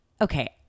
okay